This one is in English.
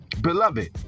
beloved